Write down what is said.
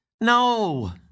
No